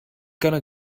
gonna